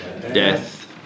death